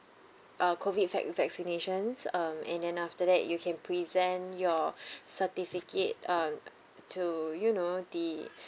uh COVID vac~ vaccinations um and then after that you can present your certificate um to you know the